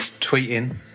Tweeting